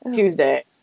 Tuesday